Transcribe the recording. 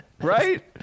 Right